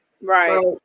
Right